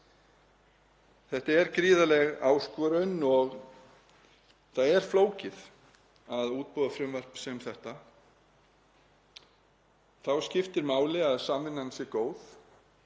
Þetta er gríðarleg áskorun og það er flókið að útbúa frumvarp sem þetta. Þá skiptir máli að samvinnan sé góð